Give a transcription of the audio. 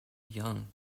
young